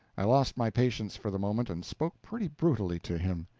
i lost my patience for the moment, and spoke pretty brutally to him.